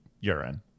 urine